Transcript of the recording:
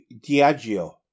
Diageo